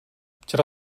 včera